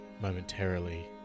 momentarily